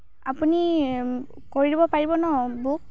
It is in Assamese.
আপুনি কৰি দিব পাৰিব ন